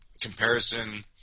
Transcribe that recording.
comparison